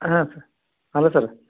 ಹಾಂ ಸ hello sir